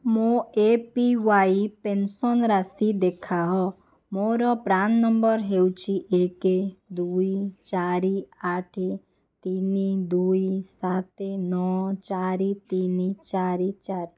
ମୋ A P Y pension ରାଶି ଦେଖାଅ ମୋର ପ୍ରାନ୍ ନମ୍ବର ହେଉଛି ଏକ ଦୁଇ ଚାରି ଆଠ ତିନି ଦୁଇ ସାତ ନଅ ଚାରି ତିନି ଚାରି ଚାରି